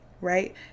right